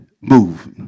move